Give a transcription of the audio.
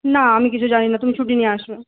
না আমি কিছু জানি না তুমি ছুটি নিয়ে আসবে